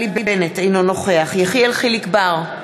אינו נוכח יחיאל חיליק בר,